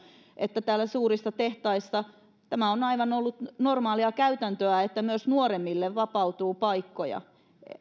että suurissa tehtaissa tämä on ollut aivan normaalia käytäntöä että myös nuoremmille vapautuu paikkoja